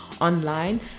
online